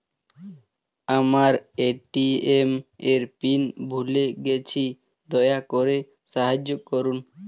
আমার এ.টি.এম এর পিন ভুলে গেছি, দয়া করে সাহায্য করুন